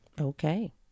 Okay